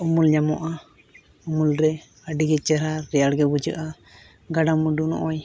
ᱩᱢᱩᱞ ᱧᱟᱢᱚᱜᱼᱟ ᱩᱢᱩᱞᱨᱮ ᱟᱹᱰᱤ ᱪᱮᱦᱨᱟ ᱨᱮᱭᱟᱲ ᱜᱮ ᱵᱩᱡᱷᱟᱹᱜᱼᱟ ᱜᱟᱰᱟᱼᱢᱩᱰᱩ ᱱᱚᱜᱼᱚᱭ